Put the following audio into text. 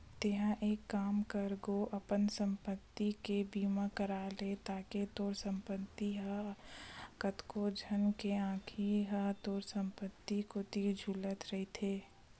तेंहा एक काम कर गो अपन संपत्ति के बीमा करा ले अतेक तोर संपत्ति हे कतको झन के आंखी ह तोर संपत्ति कोती झुले रहिथे